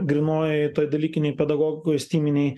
grynojoj toj dalykinėj pedagogikoj styminėj